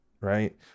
Right